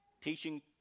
teaching